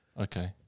Okay